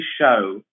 show